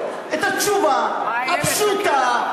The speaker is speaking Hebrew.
את התשובה הפשוטה,